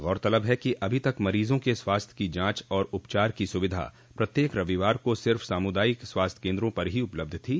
गौरतलब है कि अभी तक मरीजों के स्वास्थ्य की जांच और उपचार की सुविधा प्रत्येक रविवार को सिर्फ सामुदायिक स्वास्थ्य केन्द्रों पर ही उपलब्ध थी